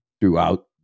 throughout